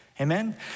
Amen